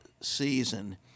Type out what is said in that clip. season